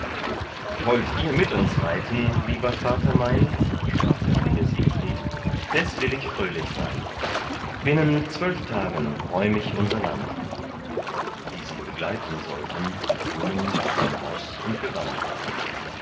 wollt ihr mit uns reiten lieber vater mein sprach der kühne siegfried des will ich fröhlich sein binnen zwölf tagen räum ich unser land die sie begleiten sollten denen gab man roß und gewand